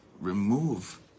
remove